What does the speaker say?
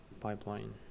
pipeline